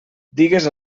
digues